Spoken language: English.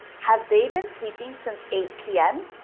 have they been sleeping since eight p m?